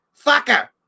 Fucker